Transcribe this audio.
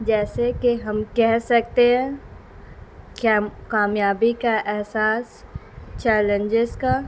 جیسے کہ ہم کہہ سکتے ہیں کامیابی کا احساس چیلنجز کا